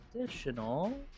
additional